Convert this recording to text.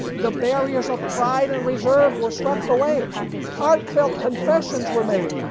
the barriers of pride and reserve were swept away heartfelt confessions were made,